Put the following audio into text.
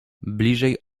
bliżej